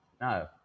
No